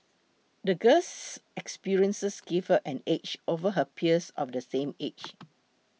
the girl's experiences gave her an edge over her peers of the same age